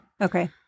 Okay